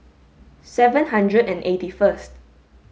seven hundred and eight first